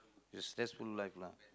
a stressful life lah